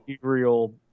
Real